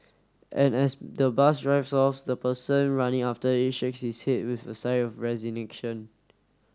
and as the bus drives off the person running after it shakes his head with a sigh of resignation